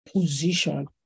position